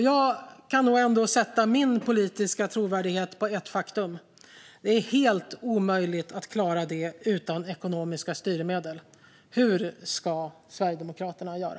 Jag kan nog sätta min politiska trovärdighet på ett faktum: Det är helt omöjligt att klara det utan ekonomiska styrmedel. Hur ska Sverigedemokraterna göra?